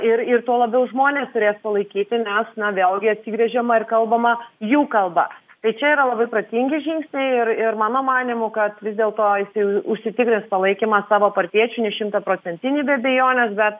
ir ir tuo labiau žmonės turės palaikyti nes na vėlgi atsigręžiama ir kalbama jų kalba tai čia yra labai protingi žingsniai ir ir mano manymu kad vis dėl to jis jau užsitikrins palaikymą savo partiečių ne šimtaprocentinį be abejonės bet